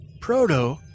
Proto